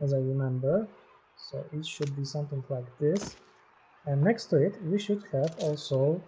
as i remember so it should be something like this and next to it we should have also